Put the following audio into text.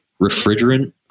refrigerant